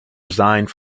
resigned